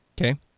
Okay